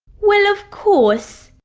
well of course!